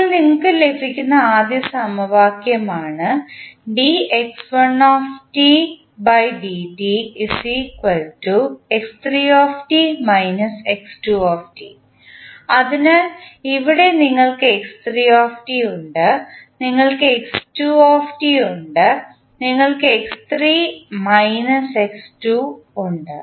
ഇപ്പോൾ നിങ്ങൾക്ക് ലഭിക്കുന്ന ആദ്യ സമവാക്യമാണ് അതിനാൽ ഇവിടെ നിങ്ങൾക്ക് x3 ഉണ്ട് നിങ്ങൾക്ക് x2 ഉണ്ട് നിങ്ങൾക്ക് x3 മൈനസ് x2 ഉണ്ട്